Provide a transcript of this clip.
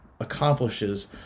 accomplishes